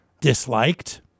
disliked